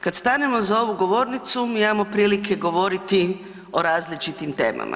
Kad stanemo za ovu govornicu, mi imamo prilike govoriti o različitim temama.